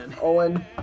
Owen